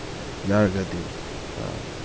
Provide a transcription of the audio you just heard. ꯑꯣ ꯌꯥꯔꯒꯗꯤ